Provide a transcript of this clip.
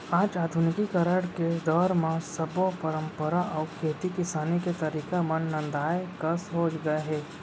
आज आधुनिकीकरन के दौर म सब्बो परंपरा अउ खेती किसानी के तरीका मन नंदाए कस हो गए हे